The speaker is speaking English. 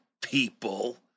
people